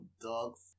dogs